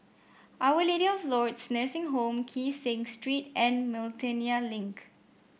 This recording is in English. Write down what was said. Our Lady of Lourdes Nursing Home Kee Seng Street and Miltonia Link